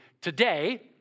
today